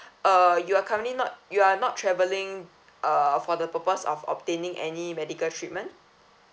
uh you are currently not you are not travelling uh for the purpose of obtaining any medical treatment